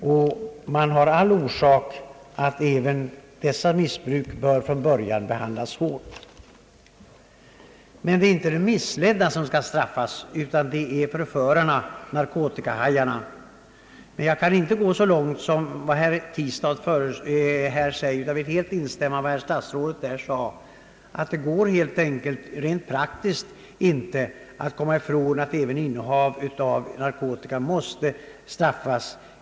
Också dessa missbruk bör från början behandlas hårt. Det är dock inte de missledda som skall straffas utan förförarna, narkotikahajarna. Jag kan emellertid inte gå så långt som herr Tistad; vill helt instämma i vad herr statsrådet anförde, nämligen att det rent praktiskt inte går att komma ifrån att även innehav av narkotika måste straffas.